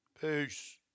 Peace